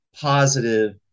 positive